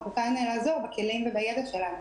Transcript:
אנחנו כאן לעזור בכלים ובידע שלנו.